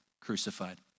crucified